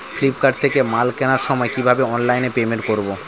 Flipkart থেকে মাল কেনার সময় কিভাবে অনলাইনে পেমেন্ট করব?